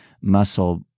muscle